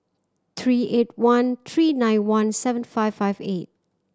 three eight one three nine one seven five five eight